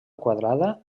quadrada